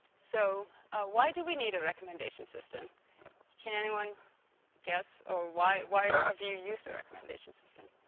so why do we need a recommendation system can anyone guess or why why have you used a recommendation system.